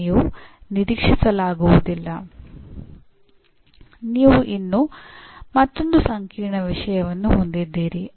ಮುಖ್ಯವಾಗಿ ನೀವು ಪದವಿ ಮುಗಿದ ನಾಲ್ಕರಿಂದ ಐದು ವರ್ಷಗಳ ನಂತರ ನಿಮ್ಮ ವಿದ್ಯಾರ್ಥಿಗಳು ವಿಶಾಲವಾಗಿ ಏನು ಮಾಡಬೇಕೆಂದು ನೀವು ನಿರೀಕ್ಷಿಸುತ್ತೀರಿ ಎಂದು ನೋಡುತ್ತಿದ್ದೀರಿ